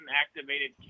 activated